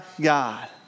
God